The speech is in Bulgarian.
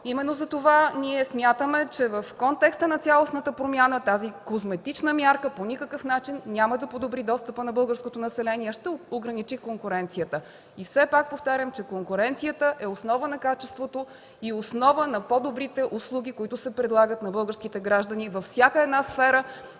Именно затова ние смятаме, че в контекста на цялостната промяна тази козметична мярка по никакъв начин няма да подобри достъпа на българското население, а ще ограничи конкуренцията. И все пак повтарям, че конкуренцията е основа на качеството и е основа на по-добрите услуги, които се предлагат на българските граждани във всяка една сфера